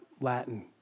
Latin